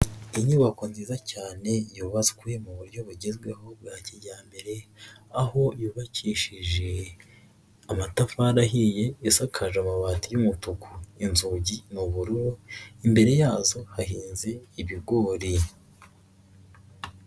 Inyubako nziza cyane yubatswe mu buryo bugezweho bwa kijyambere, aho yubakishije amatafari ahiye, isakaje amabati y'umutuku, inzugi n'ubururu, imbere yazo hahinze ibigori.